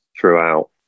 throughout